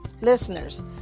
listeners